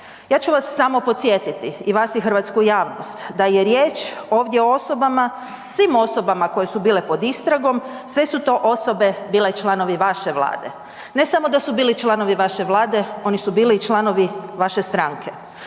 Ja ću vas samo podsjetiti i vas i hrvatsku javnost da je riječ ovdje o osobama, svim osobama koje su bile pod istragom, sve su to osobe bile članovi vaše vlade, ne samo da su bili članovi vaše vlade, oni su bili i članovi vaše stranke.